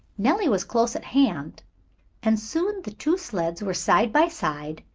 nellie was close at hand and soon the two sleds were side by side,